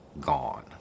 gone